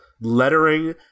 lettering